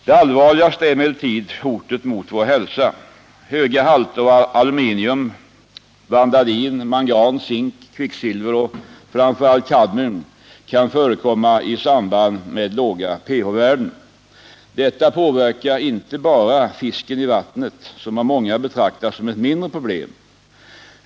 Det allvarligaste är emellertid hotet mot vår hälsa. Höga halter av aluminium, vanadin, mangan, zink, kvicksilver och framför allt kadmium kan förekomma i samband med låga pH-värden. Detta påverkar fisken i vattnet, något som av många betraktas som ett mindre problem.